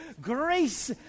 grace